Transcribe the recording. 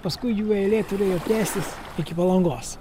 paskui jų eilė turėjo tęstis iki palangos